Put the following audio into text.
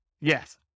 Yes